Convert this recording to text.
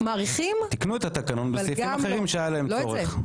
תיקנו את התקנון בסעיפים אחרים שהיה להם צורך.